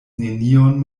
nenion